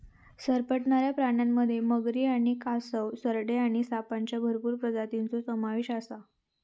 सरपटणाऱ्या प्राण्यांमध्ये मगरी आणि कासव, सरडे आणि सापांच्या भरपूर प्रजातींचो समावेश आसा